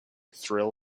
thrill